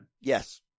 Yes